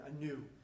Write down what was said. anew